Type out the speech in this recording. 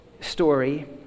story